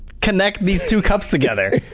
connect these two cups together.